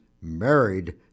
married